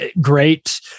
great